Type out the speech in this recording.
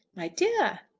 my dear!